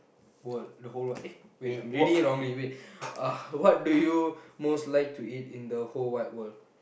world the whole w~ eh wait I read it wrongly wait what do you most like to eat in the whole wide world